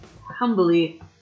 humbly